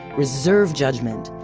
reserve judgment,